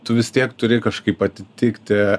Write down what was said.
tu vis tiek turi kažkaip atitikti